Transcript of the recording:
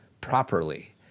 properly